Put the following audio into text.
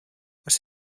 oes